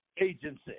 agency